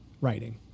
writing